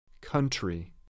Country